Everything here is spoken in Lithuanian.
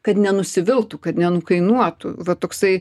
kad nenusiviltų kad nenukainuotų va toksai